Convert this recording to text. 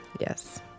Yes